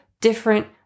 different